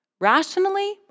Rationally